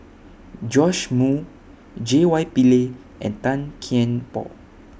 Joash Moo J Y Pillay and Tan Kian Por